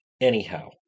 anyhow